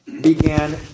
began